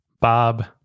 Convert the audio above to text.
Bob